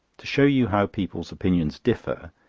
to show you how people's opinions differ,